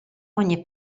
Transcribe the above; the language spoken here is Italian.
ogni